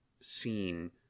scene